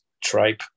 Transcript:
tripe